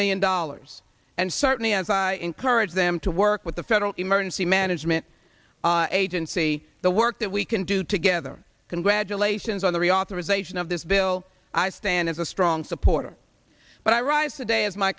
million dollars and certainly as i encourage them to work with the federal emergency management agency the work that we can do together congratulations on the reauthorization of this bill i stand as a strong supporter but i rise today as my